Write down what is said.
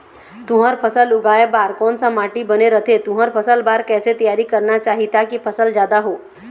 तुंहर फसल उगाए बार कोन सा माटी बने रथे तुंहर फसल बार कैसे तियारी करना चाही ताकि फसल जादा हो?